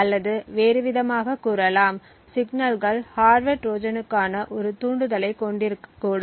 அல்லது வேறுவிதமாகக் கூறலாம் சிக்னல்கள் ஹார்ட்வர் ட்ரோஜனுக்கான ஒரு தூண்டுதலைக் கொண்டிருக்கக்கூடும்